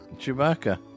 Chewbacca